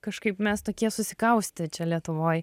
kažkaip mes tokie susikaustę čia lietuvoj